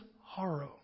horror